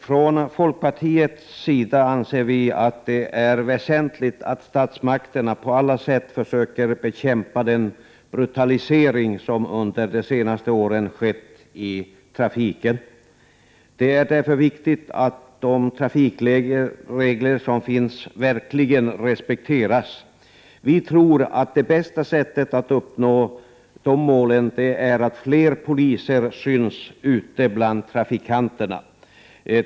Från folkpartiets sida anser vi att det är väsentligt att statsmakterna på alla sätt försöker bekämpa den brutalisering som under de senaste åren skett i trafiken. Det är viktigt att de trafikregler som finns verkligen respekteras. Vi tror att det bästa sättet att uppnå det målet är att fler poliser syns ute bland trafikanterna.